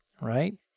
right